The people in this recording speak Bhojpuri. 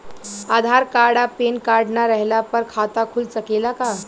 आधार कार्ड आ पेन कार्ड ना रहला पर खाता खुल सकेला का?